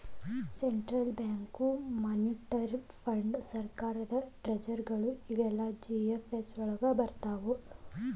central bank, monetary ಫಂಡ್.ಸರ್ಕಾರದ್ ಟ್ರೆಜರಿಗಳು ಇವೆಲ್ಲಾ ಜಿ.ಎಫ್.ಎಸ್ ವಳಗ್ ಬರ್ರ್ತಾವ